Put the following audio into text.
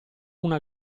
una